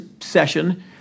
session